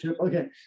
Okay